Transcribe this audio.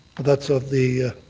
that's of the